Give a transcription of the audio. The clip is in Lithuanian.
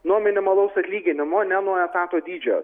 nuo minimalaus atlyginimo ne nuo etato dydžio